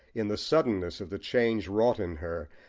in the suddenness of the change wrought in her,